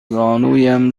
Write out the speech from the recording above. زانویم